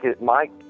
Mike